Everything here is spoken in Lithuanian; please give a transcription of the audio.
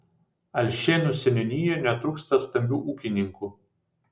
alšėnų seniūnijoje netrūksta stambių ūkininkų